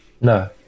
no